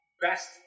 best